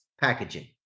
packaging